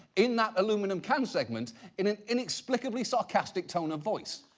in that aluminum can segment in an inexplicably sarcastic tone of voice.